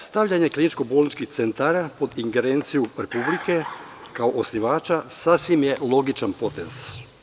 Stavljanje kliničko-bolničkih centara pod ingerenciju Republike, kao osnivača, sasvim je logičan potez.